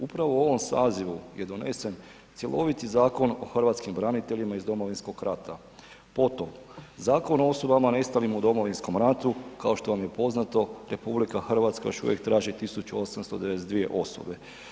Upravo u ovom sazivu je donesen cjeloviti Zakon o hrvatskim braniteljima iz Domovinskog rata potom Zakon o osobama nestalim u Domovinskom ratu, kao što vam je poznato RH još uvijek traži 1892 osobe.